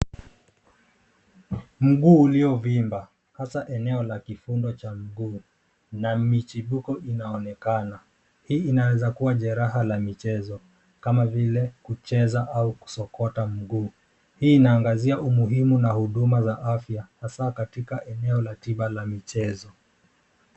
Mguu uliovimba hasa eneo la kifundo cha mguu na michibuko inaonekana. Hii inaweza kuwa jeraha la michezo kama vile kucheza au kusokota mguu. Hii inaangazia umuhimu na huduma za afya hasa katika eneo la tiba la michezo.